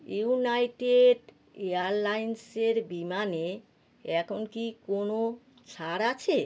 United এয়ারলাইন্সের বিমানে এখন কি কোনো ছাড় আছে